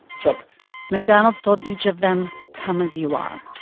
shocked mcdonald's told each of them, come as you are.